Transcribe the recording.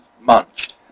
munched